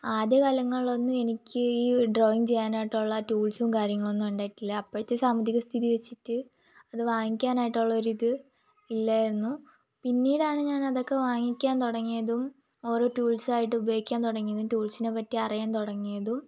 ആദ്യ കാലങ്ങളിൽ ഒന്നും എനിക്ക് ഈ ഡ്രോയിങ് ചെയ്യാനായിട്ടുള്ള ടൂൾസും കാര്യങ്ങളൊന്നും ഉണ്ടായിട്ടില്ല അപ്പോഴത്തെ സാമ്പത്തിക സ്ഥിതി വെച്ചിട്ട് അത് വാങ്ങിക്കാനായിട്ടുള്ള ഒരു ഇത് ഇല്ലായിരുന്നു പിന്നീടാണ് ഞാൻ അതൊക്കെ വാങ്ങിക്കാൻ തുടങ്ങിയതും ഓരോ ടൂൾസ് ആയിട്ട് ഉപയോഗിക്കാൻ തുടങ്ങിയതും ടൂൾസിനെ പറ്റി അറിയാൻ തുടങ്ങിയതും